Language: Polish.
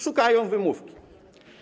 Szukają wymówki.